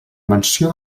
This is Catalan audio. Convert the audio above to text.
menció